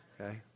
Okay